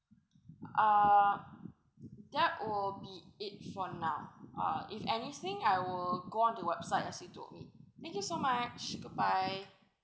uh that will be it for now uh if anything I will go on the website as you told me thank you so much good bye